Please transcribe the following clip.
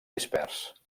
dispers